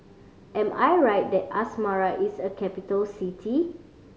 am I right that Asmara is a capital city